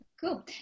Cool